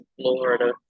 Florida